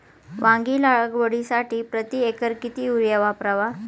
वांगी लागवडीसाठी प्रति एकर किती युरिया वापरावा?